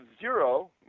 zero